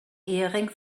ehering